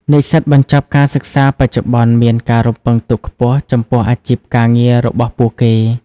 និស្សិតបញ្ចប់ការសិក្សាបច្ចុប្បន្នមានការរំពឹងទុកខ្ពស់ចំពោះអាជីពការងាររបស់ពួកគេ។